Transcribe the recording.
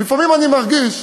לפעמים אני מרגיש